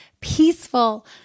peaceful